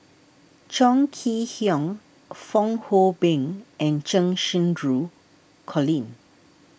Chong Kee Hiong Fong Hoe Beng and Cheng Xinru Colin